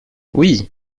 oui